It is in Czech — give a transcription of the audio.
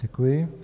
Děkuji.